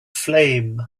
flame